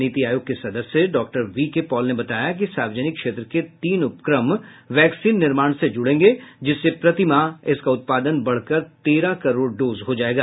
नीति आयोग के सदस्य डॉक्टर वीके पॉल ने बताया कि सार्वजनिक क्षेत्र के तीन उपक्रम वैक्सीन निर्माण से जूड़ेगें जिससे प्रतिमाह इसका उत्पादन बढ़कर तेरह करोड़ डोज हो जाएगा